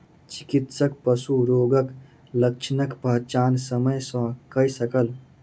चिकित्सक पशु रोगक लक्षणक पहचान समय सॅ कय सकल